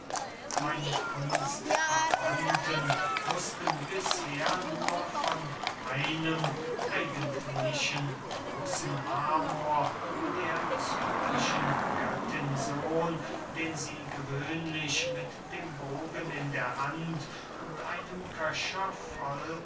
meine kunstverwandten wußten bisher nur von einem eigentlichen großen amor der cyprischen göttin sohn den sie gewöhnlich mit dem bogen in der hand und einem köcher voll